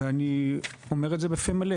ואני אומר את זה בפה מלא